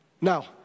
now